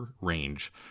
range